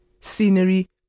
Scenery